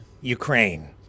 Ukraine